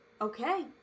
okay